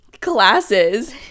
classes